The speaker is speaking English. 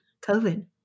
COVID